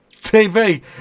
TV